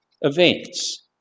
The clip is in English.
events